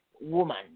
woman